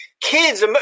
kids